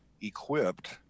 equipped